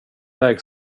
väg